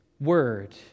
word